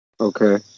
Okay